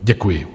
Děkuji.